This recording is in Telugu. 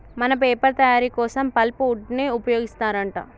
మన పేపర్ తయారీ కోసం పల్ప్ వుడ్ ని ఉపయోగిస్తారంట రంగయ్య